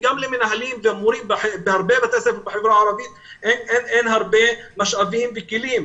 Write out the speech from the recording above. גם למנהלים ולמורים בהרבה בתי ספר בחברה הערבית אין הרבה משאבים וכלים.